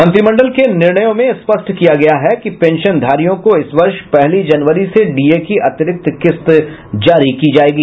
मंत्रिमंडल ने निर्णय में स्पष्ट किया गया है कि पेंशनधारियों को इस वर्ष पहली जनवरी से डीए की अतिरिक्त किस्त जारी की जाएगी